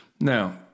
Now